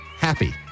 Happy